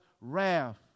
wrath